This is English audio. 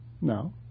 No